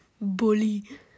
bully